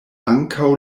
ankaŭ